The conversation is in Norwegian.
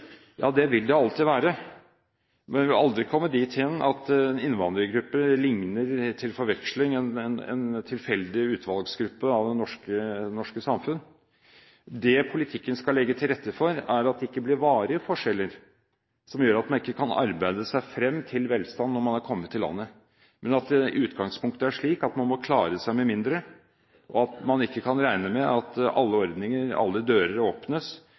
Ja, det vil det alltid være. Vi må aldri komme dit hen at en innvandrergruppe til forveksling likner en tilfeldig utvalgsgruppe av det norske samfunn. Det politikken skal legge til rette for, er at det ikke blir varige forskjeller som gjør at man ikke kan arbeide seg frem til velstand når man har kommet til landet. Men i utgangspunktet må det være slik at man må klare seg med mindre, og at man ikke kan regne med at alle ordninger og alle dører åpnes,